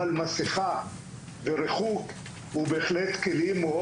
אבל מסכה וריחוק הוא בהחלט כלים מאוד